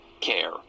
care